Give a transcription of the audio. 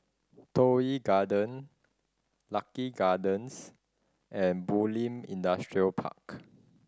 Toh Yi Garden Lucky Gardens and Bulim Industrial Park